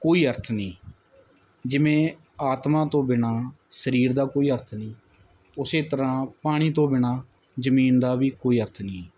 ਕੋਈ ਅਰਥ ਨਹੀਂ ਜਿਵੇਂ ਆਤਮਾ ਤੋਂ ਬਿਨਾਂ ਸਰੀਰ ਦਾ ਕੋਈ ਅਰਥ ਨਹੀਂ ਉਸੇ ਤਰਾਂ ਪਾਣੀ ਤੋਂ ਬਿਨਾਂ ਜ਼ਮੀਨ ਦਾ ਵੀ ਕੋਈ ਅਰਥ ਨਹੀਂ ਹੈ